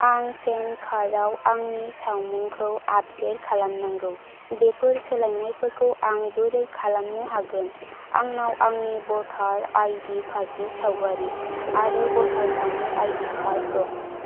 आं PAN card आव आंनि सावमुखौ आपदेट खालामनांगौ बेफोर सोलायनायफोरखौ आं बोरै खालामनो हागोन आंनाव आंनि भटार आइडि कार्ड नि सावगारि आरो भटार आइडि कार्ड दं